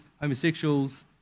homosexuals